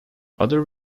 other